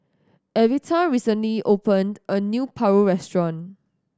Evita recently opened a new paru restaurant